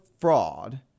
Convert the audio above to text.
fraud